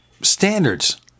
standards